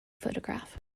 photograph